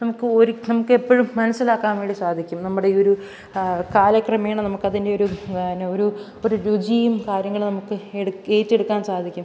നമുക്ക് ഒരു നമുക്ക് എപ്പോഴും മനസ്സിലാക്കാൻ വേണ്ടി സാധിക്കും നമ്മുടെ ഒരു കാലക്രമേണ നമുക്ക് അതിൻ്റെ ഒരു ഒരു ഒരു രുചിയും കാര്യങ്ങൾ നമുക്ക് ഏറ്റെടുക്കാൻ സാധിക്കും